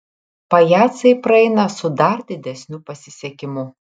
pajacai praeina su dar didesniu pasisekimu